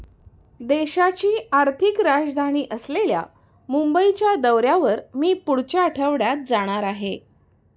देशाची आर्थिक राजधानी असलेल्या मुंबईच्या दौऱ्यावर मी पुढच्या आठवड्यात जाणार आहे